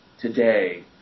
Today